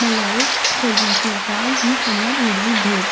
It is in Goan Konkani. म्हणल्यारूच सर्जनशीलताय ही सगळ्यांत व्हडली भेट